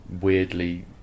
weirdly